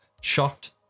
shocked